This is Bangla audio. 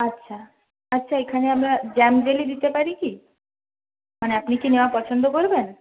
আচ্ছা আচ্ছা এখানে আমরা জ্যাম জেলি দিতে পারি কি মানে আপনি কি নেওয়া পছন্দ করবেন